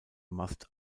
mast